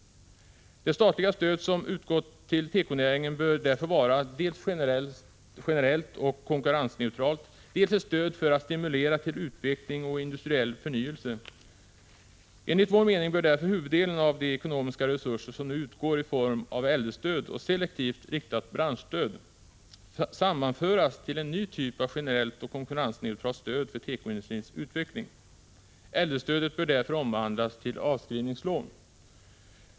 Det statliga stöd som utgått till tekonäringen bör därför vara dels ett generellt och konkurrensneutralt stöd, dels ett stöd avsett att stimulera till utveckling och industriell förnyelse. Enligt vår mening bör därför huvuddelen av de ekonomiska resurser som nu utgår i form av äldrestöd och selektivt riktat branschstöd sammanföras till en ny typ av generellt och konkurrensneutralt stöd för tekoindustrins utveckling. Äldrestödet bör därför omvandlas till avskrivningslån.